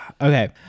Okay